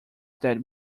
that